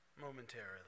momentarily